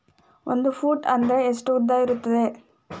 ಒಂದು ಫೂಟ್ ಅಂದ್ರೆ ಎಷ್ಟು ಉದ್ದ ಇರುತ್ತದ?